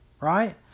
right